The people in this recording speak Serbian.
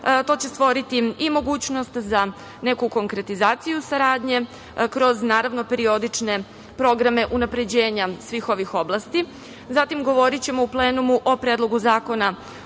To će stvoriti i mogućnost za neku konkretizaciju saradnje kroz naravno periodične programe unapređenja svih ovih oblasti. Zatim, govorićemo u plenumu o Predlogu zakona